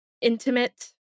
intimate